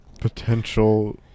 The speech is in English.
potential